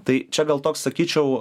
tai čia gal toks sakyčiau